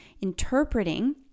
interpreting